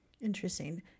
Interesting